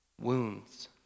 Wounds